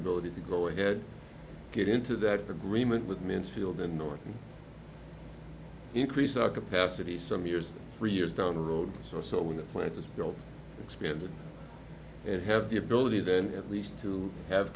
ability to go ahead get into that agreement with mansfield and north and increase our capacity some years three years down the road so when the plant is built expanded and have the ability then at least to have